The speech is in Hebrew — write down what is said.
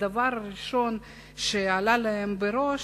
הדבר הראשון שעלה להם בראש